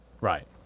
Right